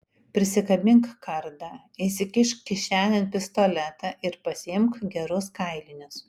prisikabink kardą įsikišk kišenėn pistoletą ir pasiimk gerus kailinius